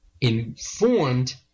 informed